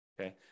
okay